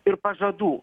ir pažadų